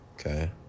Okay